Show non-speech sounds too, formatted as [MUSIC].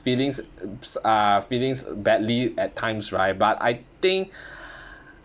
feelings s~s~ ah feelings badly at times right but I think [BREATH]